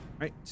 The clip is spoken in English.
right